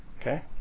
okay